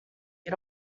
you